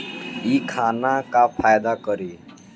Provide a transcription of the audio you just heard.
इ खाना का फायदा करी